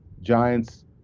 Giants